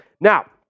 Now